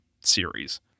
series